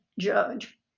judge